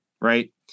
Right